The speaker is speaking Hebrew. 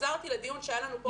חזרתי לדיון שהיה לנו פה.